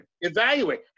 Evaluate